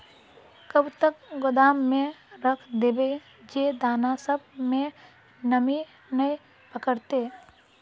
कब तक गोदाम में रख देबे जे दाना सब में नमी नय पकड़ते?